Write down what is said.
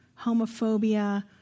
homophobia